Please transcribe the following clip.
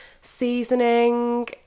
seasoning